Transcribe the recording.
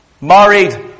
Married